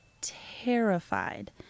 terrified